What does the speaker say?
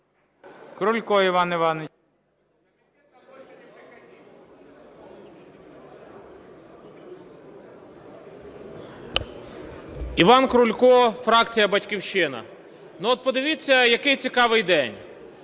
Іван Крулько, фракція "Батьківщина". От подивіться, який цікавий день.